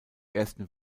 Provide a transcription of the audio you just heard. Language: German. ersten